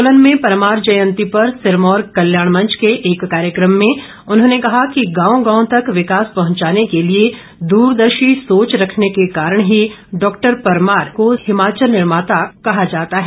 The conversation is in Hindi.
सोलन में परमार जयंती पर सिरमौर कल्याण मंच के एक कार्यक्रम में उन्होंने कहा कि गांव गांव तक विकास पहंचाने के लिए दूरदर्शी सोच रखने के कारण ही डॉक्टर परमार को डॉक्टर परमार को हिमाचल निर्माता कहा जाता है